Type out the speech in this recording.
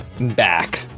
back